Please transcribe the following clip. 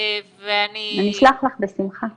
ואני --- אני אשלח לך בשמחה.